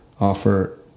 offer